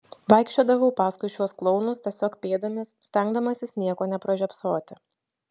vaikščiodavau paskui šiuos klounus tiesiog pėdomis stengdamasis nieko nepražiopsoti